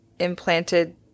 implanted